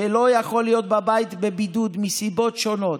שמסיבות שונות אינו יכול להיות בבית בבידוד והוא